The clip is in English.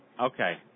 Okay